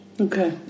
Okay